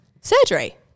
surgery